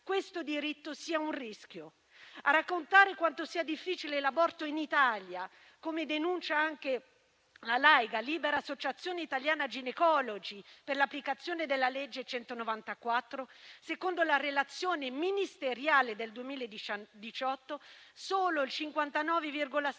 questo diritto sia un rischio, a raccontare quanto sia difficile l'aborto in Italia. Come denuncia anche la Laiga (Libera associazione italiana ginecologi per l'applicazione della legge 194), secondo la relazione ministeriale del 2018 solo il 59,6